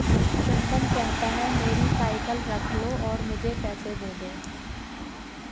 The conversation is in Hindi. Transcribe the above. चंदन कहता है, मेरी साइकिल रख लो और मुझे पैसे दे दो